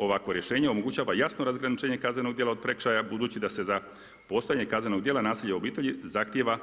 Ovakvo rješenje omogućava jasno razgraničenje kaznenog dijela od prekršaja, budući da se za postojanje kaznenog dijela nasilja u obitelji zahtjeva